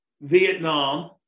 Vietnam